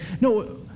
no